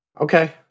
Okay